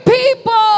people